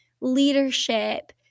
leadership